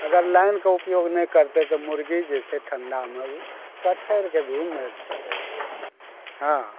अगर लाइनके उपयोग नहि करतै तऽ मुर्गी जे छै ठण्डा मे ओ कठैरके भी मरी सकैत छै हँ